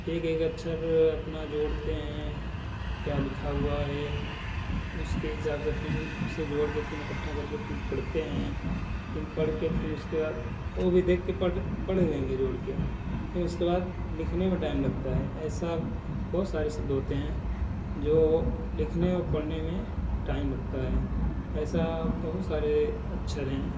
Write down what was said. एक एक अक्षर अपना जोड़ते हैं क्या लिखा हुआ है उसके हिसाब से फिन उसे जोड़ कर फिर इकट्ठा करके फिर पढ़ते हैं फिर पढ़ कर फिर उसके बाद वो भी देख कर पढ़ पढ़ लेंगे जोड़ कर फिर उसके बाद लिखने में टाइम लगता है ऐसा बहुत सारे शब्द होते हैं जो हो लिखने और पढ़ने में टाइम लगता है ऐसा बहुत सारे अक्षर हैं